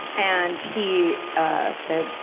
and he ah said,